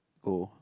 oh